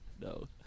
No